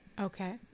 Okay